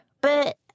But